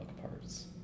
parts